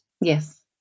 Yes